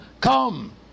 come